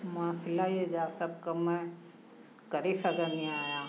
मां सिलाई जा सभु कम करे करे सघंदी आहियां